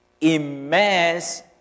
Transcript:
Immerse